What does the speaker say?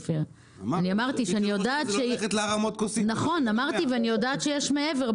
אמרתי שאני יודעת שיש מעבר,